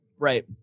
Right